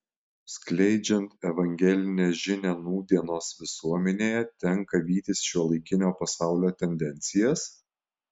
skleidžiant evangelinę žinią nūdienos visuomenėje tenka vytis šiuolaikinio pasaulio tendencijas